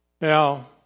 Now